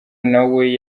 nawe